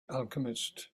alchemist